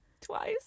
Twice